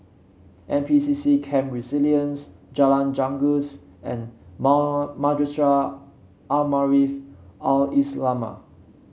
N P C C Camp Resilience Jalan Janggus and Mar Madrasah Al Maarif Al Islamiah